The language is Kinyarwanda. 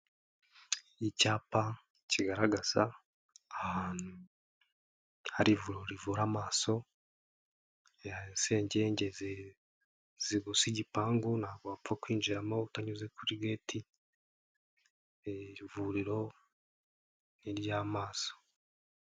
Icyapa kigaragaza ahantu hari ivuriro rivura amaso, hari senyenge zigose igipangu, ntabwo wapfa kwinjiramo utanyuze kuri geti, iri vuriro ni iry'amaso.